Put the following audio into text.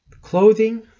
Clothing